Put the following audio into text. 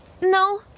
No